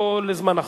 או לזמן אחר.